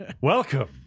welcome